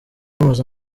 bamaze